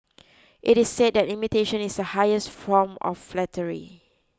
it is said that imitation is the highest from of flattery